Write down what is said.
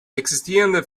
existierende